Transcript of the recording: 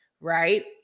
right